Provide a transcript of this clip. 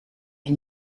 een